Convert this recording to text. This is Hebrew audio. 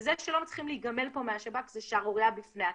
וזה שלא מצליחים להיגמל מהשב"כ זו שערורייה בפני עצמה.